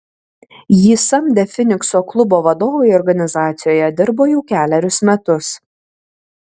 jį samdę finikso klubo vadovai organizacijoje dirbo jau kelerius metus